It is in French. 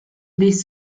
des